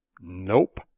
Nope